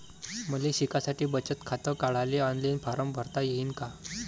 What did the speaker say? मले शिकासाठी बचत खात काढाले ऑनलाईन फारम भरता येईन का?